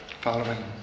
following